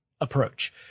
approach